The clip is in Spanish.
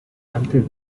antes